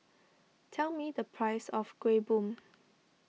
tell me the price of Kueh Bom